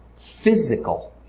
physical